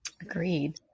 Agreed